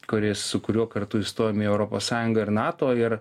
kuris su kuriuo kartu įstojom į europos sąjungą ir nato ir